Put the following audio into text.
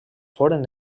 foren